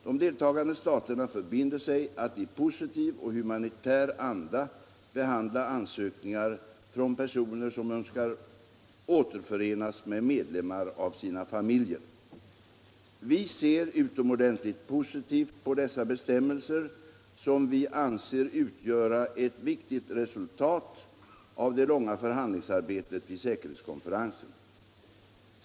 De deltagande staterna förbinder sig att i positiv och humanitär anda behandla ansökningar från personer som önskar återförenas med medlemmar av sina familjer. Vi ser utomordentligt positivt på dessa bestämmelser som vi anser utgöra ett viktigt resultat av det långa förhandlingsarbetet i säkerhetskonferensen.